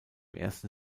ersten